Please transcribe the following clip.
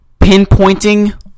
pinpointing